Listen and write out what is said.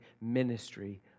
ministry